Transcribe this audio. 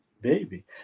baby